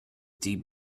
deep